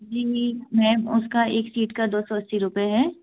जी मी मैम उसका एक सीट का दो सौ अस्सी रुपये है